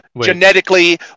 genetically